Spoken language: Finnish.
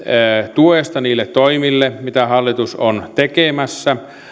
tuesta niille toimille mitä hallitus on tekemässä